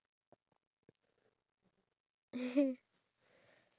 right I feel that's very impressive